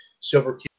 Silver